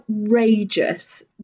outrageous